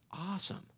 awesome